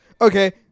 Okay